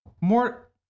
more